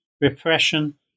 repression